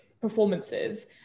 performances